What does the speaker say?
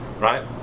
right